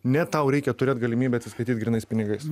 ne tau reikia turėt galimybę atsiskaityt grynais pinigais